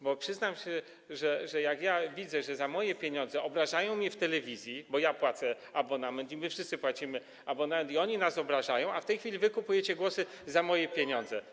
Bo przyznam, że jak widzę, że za moje pieniądze obrażają mnie w telewizji, bo ja płacę abonament i my wszyscy płacimy abonament, a oni nas obrażają, i w tej chwili kupujecie głosy za moje pieniądze.